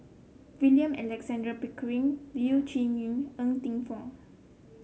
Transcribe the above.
William Alexander Pickering Leu Yew Chye Ng Teng Fong